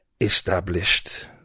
established